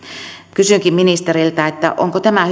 kysynkin ministeriltä onko tämä